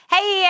Hey